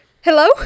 hello